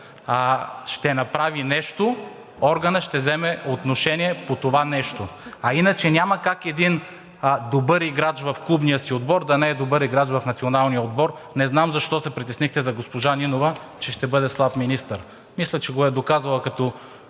ще направи нещо, органът ще вземе отношение по това нещо. А иначе няма как един добър играч в клубния си отбор да не е добър играч в националния отбор. Не знам защо се притеснихте за госпожа Нинова, че ще бъде слаб министър? Мисля, че го е доказала като